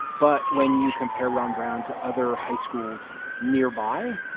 but when you compare ron brown to other high schools nearby,